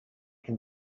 can